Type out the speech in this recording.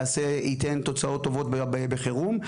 ייתן תוצאות טובת בחירום.